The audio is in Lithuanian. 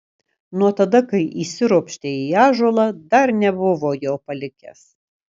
nuo tada kai įsiropštė į ąžuolą dar nebuvo jo palikęs